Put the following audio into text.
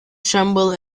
tremble